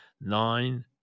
Nine